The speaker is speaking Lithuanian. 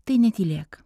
tai netylėk